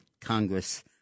Congress